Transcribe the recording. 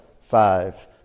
five